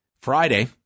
Friday